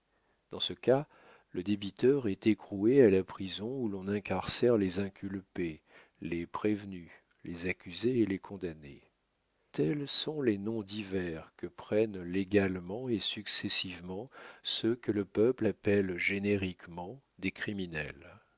dans ce cas le débiteur est écroué à la prison où l'on incarcère les inculpés les prévenus les accusés et les condamnés tels sont les noms divers que prennent légalement et successivement ceux que le peuple appelle génériquement des criminels